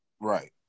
Right